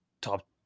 top